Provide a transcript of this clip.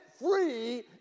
free